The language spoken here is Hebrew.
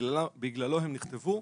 שבגללו הם נכתבו,